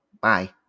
Bye